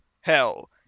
hell